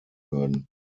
würden